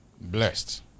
Blessed